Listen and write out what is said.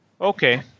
Okay